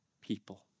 people